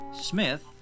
Smith